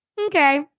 okay